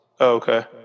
Okay